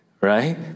Right